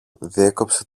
διέκοψε